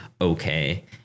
okay